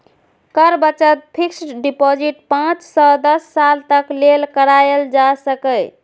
कर बचत fixed deposit पांच सं दस साल तक लेल कराएल जा सकैए